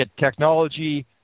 technology